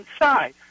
inside